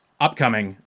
upcoming